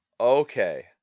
okay